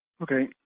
Okay